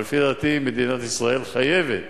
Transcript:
לפי דעתי, מדינת ישראל חייבת